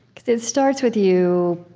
because it starts with you,